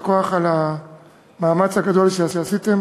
יישר כוח על המאמץ הגדול שעשיתם,